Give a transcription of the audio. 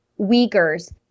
Uyghurs